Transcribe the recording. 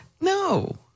No